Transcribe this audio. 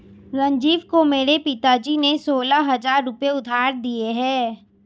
संजीव को मेरे पिताजी ने सोलह हजार रुपए उधार दिए हैं